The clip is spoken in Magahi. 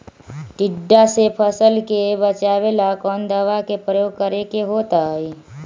टिड्डा से फसल के बचावेला कौन दावा के प्रयोग करके होतै?